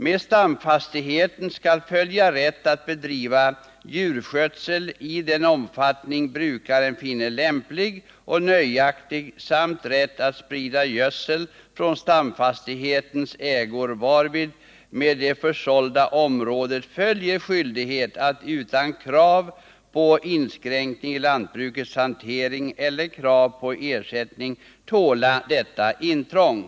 Med stamfastigheten skall följa rätt att bedriva djurskötsel i den omfattning brukaren finner lämplig och nöjaktig samt rätt att sprida gödsel från stamfastighetens ägor, varvid med det försålda området följer skyldighet att utan krav på inskränkning i lantbrukets hantering eller krav på ersättning tåla detta intrång.